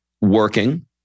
working